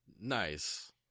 Nice